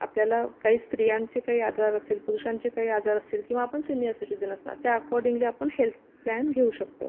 आपल्याला काही स्त्रियांचे काही आजार असतील पुरुषांचे काही आजार असतील किंवा आपण सिनियर सिटीझन असणार त्या अकॉर्डींगली आपण हेल्थ प्लॅन घेऊ शकतो